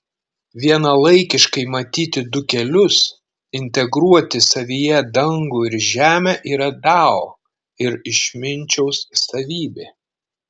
vienalaikiškai matyti du kelius integruoti savyje dangų ir žemę yra dao ir išminčiaus savybė